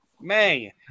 man